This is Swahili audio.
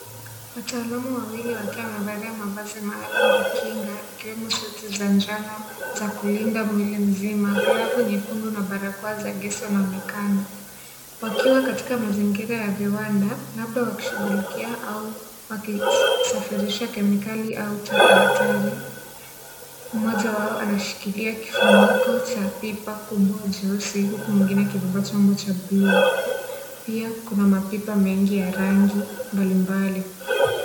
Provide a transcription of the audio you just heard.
Wataalamu wawili wakiwa wamevalia mavazi maalum ya kinga, ikiwemo suti za njano za kulinda mwili mzima. Glavu nyekundu na barakoa za gesi wanaonekana. Wakiwa katika mazingira ya viwanda, labda wakishughulikia au wakisafirisha kemikali au taka hatari, mmoja wao anashikilia kifuniko cha pipa kubwa jeusi, huku mwingine akibeba chombo cha bluu. Pia kuna mapipa mengi ya rangi mbalimbali.